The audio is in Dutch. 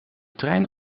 trein